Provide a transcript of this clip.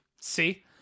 See